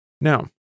Now